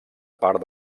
part